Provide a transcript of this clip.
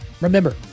Remember